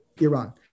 Iran